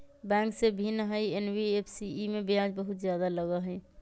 Bank से भिन्न हई एन.बी.एफ.सी इमे ब्याज बहुत ज्यादा लगहई?